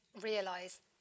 realise